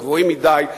הגבוהים מדי,